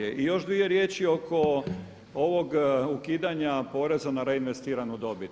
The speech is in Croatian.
I još dvije riječi oko ovog ukidanja poreza na reinvestiranu dobit.